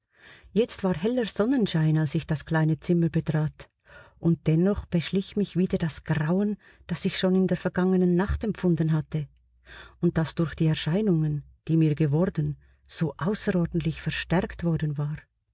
jetzt war heller sonnenschein als ich das kleine zimmer betrat und dennoch beschlich mich wieder das grauen das ich schon in der vergangenen nacht empfunden hatte und das durch die erscheinungen die mir geworden so außerordentlich verstärkt worden war